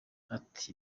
ati